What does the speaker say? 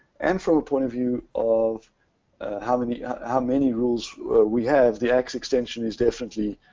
and from a point of view of how many how many rules we have, the axe extension is definitely,